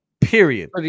Period